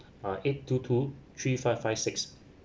ah eight two two three five five six